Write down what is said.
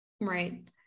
Right